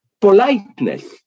politeness